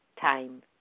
time